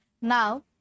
Now